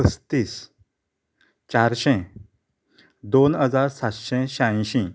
पस्तीस चारशें दोन हजार सातशें शांयशीं